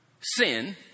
Sin